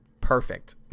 Perfect